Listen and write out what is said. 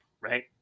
Right